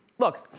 look,